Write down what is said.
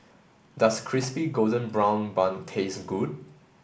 does crispy golden brown bun taste good